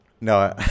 No